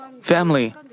family